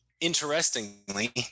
interestingly